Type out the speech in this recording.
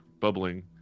bubbling